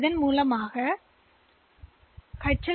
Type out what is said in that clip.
இதன் விளைவாக மெமரித்தின் முகவரி பஸ்ஸில் எச்